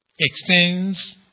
extends